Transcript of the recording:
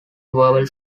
verbal